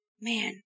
Man